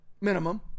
minimum